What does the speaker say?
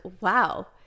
wow